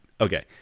Okay